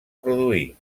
produir